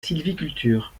sylviculture